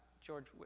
George